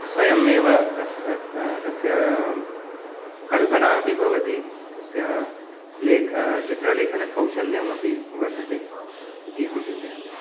स्वयमेव तस्य तस्य कल्पना अपि भवति तस्य लेक् चित्रलेखनकौशल्यमपि वर्धते इति अहं चिन्तयामि